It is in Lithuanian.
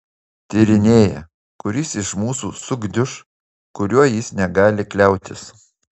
tyrinėja kuris iš mūsų sugniuš kuriuo jis negali kliautis